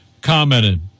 commented